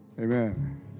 Amen